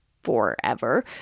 forever